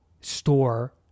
store